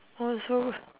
oh so